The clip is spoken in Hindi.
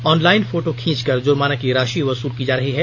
ऑनलाइन फोटो खींचकर जुर्माना की राशि वसूल की जा रही है